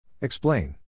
Explain